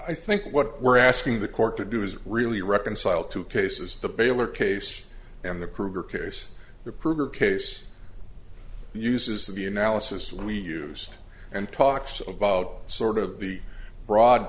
i think what we're asking the court to do is really reconcile two cases the baylor case and the krueger case the pervert case uses the analysis we used and talks about sort of the broad